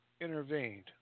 intervened